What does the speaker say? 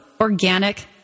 organic